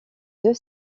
deux